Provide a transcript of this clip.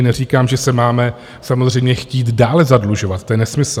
Neříkám, že se máme samozřejmě chtít dále zadlužovat, to je nesmysl.